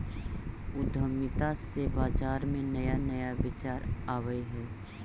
उद्यमिता से बाजार में नया नया विचार आवऽ हइ